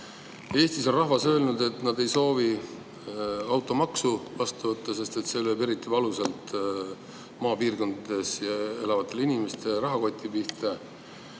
Eestis on rahvas öelnud, et nad ei soovi automaksu[seaduse] vastuvõtmist, sest see lööb eriti valusalt maapiirkondades elavate inimeste rahakoti pihta.